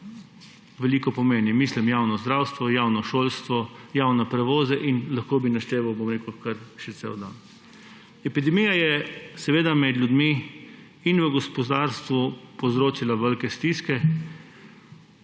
veliko pomenijo. Mislim na javno zdravstvo, javno šolstvo, javne prevoze in lahko bi našteval kar še cel dan. Epidemija je med ljudmi in v gospodarstvu povzročila velike stiske,